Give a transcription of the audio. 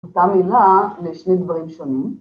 אותה מילה לשני דברים שונים.